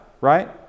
right